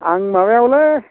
आं माबायावलै